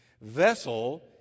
Vessel